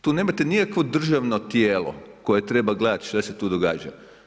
Tu nemate nikakvo državno tijelo koje treba gledati što se tu događa.